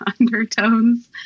undertones